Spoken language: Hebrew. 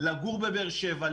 לגור בבאר שבע,